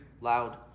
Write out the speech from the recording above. loud